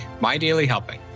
mydailyhelping